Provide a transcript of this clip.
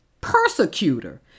persecutor